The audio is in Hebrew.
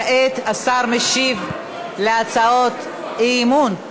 כעת השר משיב על הצעות אי-אמון.